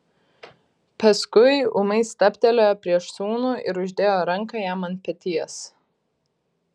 paskui ūmai stabtelėjo prieš sūnų ir uždėjo ranką jam ant peties